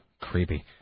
creepy